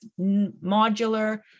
modular